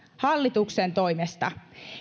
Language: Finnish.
hallituksen toimesta